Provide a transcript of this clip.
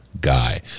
guy